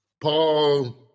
Paul